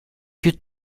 più